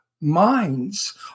minds